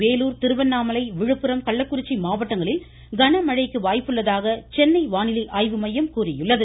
வேலூர் திருவண்ணாமலை விழுப்புரம் கள்ளக்குறிச்சி மாவட்டங்களில் கனமழைக்கு வாய்ப்பிருப்பதாக சென்னை வானிலை ஆய்வுமையம் கூறியுள்ளது